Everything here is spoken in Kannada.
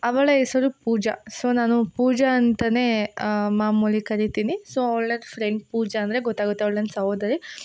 ಅವಳ ಹೆಸರು ಪೂಜಾ ಸೊ ನಾನು ಪೂಜಾ ಅಂತಲೇ ಮಾಮೂಲಿ ಕರಿತೀನಿ ಸೊ ಅವ್ಳು ನನ್ನ ಫ್ರೆಂಡ್ ಪೂಜಾ ಅಂದರೆ ಗೊತಾಗುತ್ತೆ ಅವ್ಳು ನನ್ನ ಸಹೋದರಿ